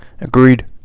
Agreed